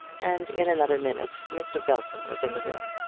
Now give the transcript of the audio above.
and in another minute mr. belton was in the room.